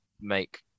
make